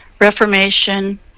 Reformation